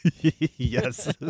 Yes